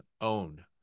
own